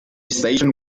station